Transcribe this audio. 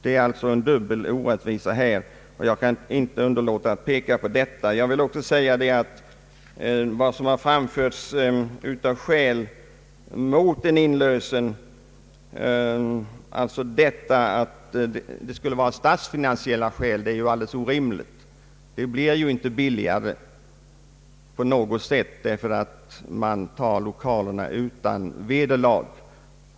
Det sker alltså en dubbel orättvisa här, jag kan inte underlåta att framhålla detta. Att en inlösen inte skulle kunna ske av statsfinansiella skäl är också alldeles orimligt. Det blir inte billigare på något sätt om man tar lokalerna utan vederlag.